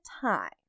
time